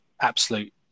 absolute